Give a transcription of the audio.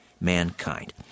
mankind